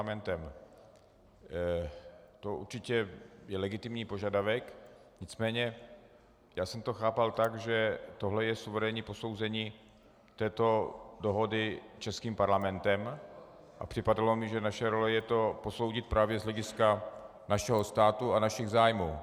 To je určitě legitimní požadavek, nicméně já jsem to chápal tak, že tohle je suverénní posouzení této dohody českým parlamentem, a připadalo mi, že naše role je posoudit to právě z hlediska našeho státu a našich zájmů.